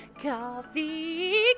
coffee